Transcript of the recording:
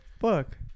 fuck